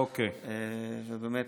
ובאמת,